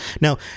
Now